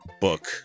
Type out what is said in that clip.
book